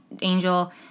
angel